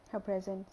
her presence